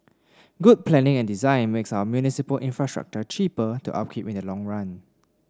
good planning and design makes our municipal infrastructure cheaper to upkeep in the long run